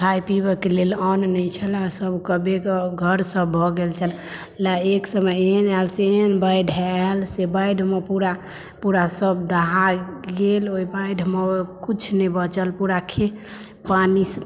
खाए पिबैके लेल अन्न नही सभ बेघर सभ भऽ गेल छलए एक समय एहन आयल से एहन बाढ़ि आयल से बाढ़िमे पुरा सभ दहा गेल ओहि बाढ़िमे किछु नहि बचल पुरा खेत पानिसँ